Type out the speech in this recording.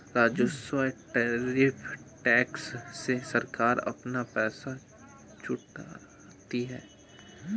राजस्व tariff tax से सरकार अपना पैसा जुटाती है